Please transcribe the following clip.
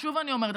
שוב אני אומרת,